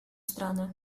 страны